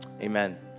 Amen